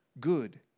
good